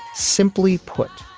simply put,